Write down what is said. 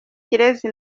kirezi